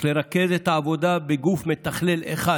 יש לרכז את העבודה בגוף מתכלל אחד